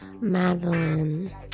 Madeline